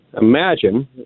imagine